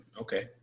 okay